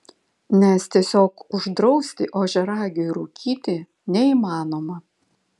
nes tiesiog uždrausti ožiaragiui rūkyti neįmanoma